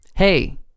Hey